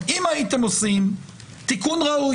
אם הייתם עושים תיקון ראוי,